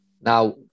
Now